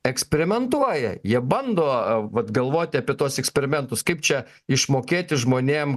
eksperimentuoja jie bando vat galvoti apie tuos eksperimentus kaip čia išmokėti žmonėm